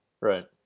Right